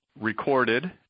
recorded